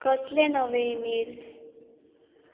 कसले नवे ईमेल्स